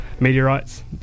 meteorites